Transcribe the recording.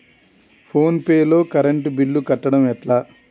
Phone pay లో current bill కట్టడం ఎట్లా?